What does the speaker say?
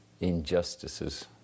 injustices